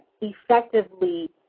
effectively